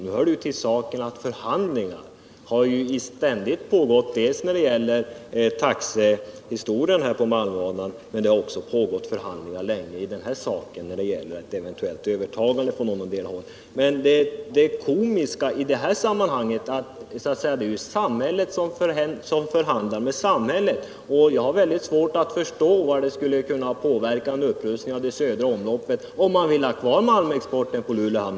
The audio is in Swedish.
Nu hör det till saken att förhandlingar ständigt har pågått dels i fråga om taxorna på malmbanan, dels i fråga om ett eventuellt övertagande. Men det komiska i sammanhanget är att det är samhället som förhandlar med samhället. Och jag har mycket svårt att förstå hur det skulle kunna påverka en upprustning av södra omloppet, om man nu vill ha kvar malmexporten över Luleå hamn.